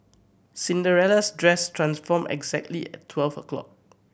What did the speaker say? Cinderella's dress transformed exactly at twelve o' clock